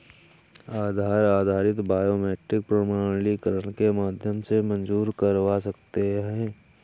आधार आधारित बायोमेट्रिक प्रमाणीकरण के माध्यम से मंज़ूर करवा सकते हैं